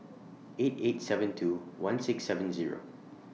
eight eight seven two one six seven Zero